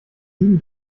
sieben